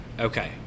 Okay